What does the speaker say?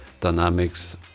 dynamics